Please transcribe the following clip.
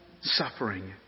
suffering